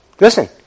Listen